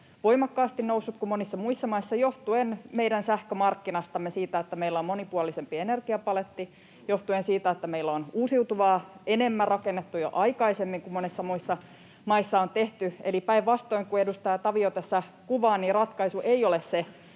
voimakkaasti noussut kuin monissa muissa maissa johtuen meidän sähkömarkkinastamme, siitä, että meillä on monipuolisempi energiapaletti, joh-tuen siitä, että meillä on uusiutuvaa rakennettu enemmän jo aikaisemmin kuin monissa muissa maissa on tehty. Eli päinvastoin kuin edustaja Tavio tässä kuvaa, niin ratkaisu ei ole se,